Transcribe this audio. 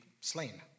slain